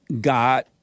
God